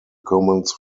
commons